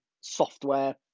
software